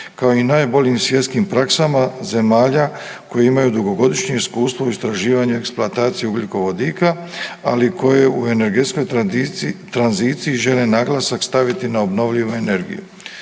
kao i najboljim svjetskim praksama zemalja koje imaju dugogodišnje iskustvo u istraživanju i eksploataciji ugljikovodika, ali koje u energetskoj tranziciji žele naglasak staviti na obnovljivu energiju.